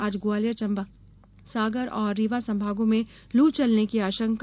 आज ग्वालियर चंबल सागर और रीवा संभागों में लू चलने की आशंका